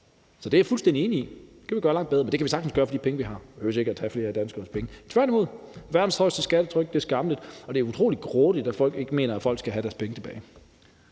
Så det er jeg fuldstændig enig i at vi skal gøre langt bedre, men det kan vi sagtens gøre for de penge, vi har. Vi behøver ikke at tage flere af danskernes penge. Tværtimod er det skammeligt, at vi har verdens højeste skattetryk, og det er utrolig grådigt, at man ikke mener, at folk skal have deres penge tilbage.